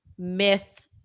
Myth